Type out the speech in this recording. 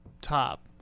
top